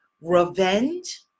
revenge